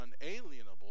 unalienable